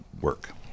work